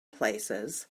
places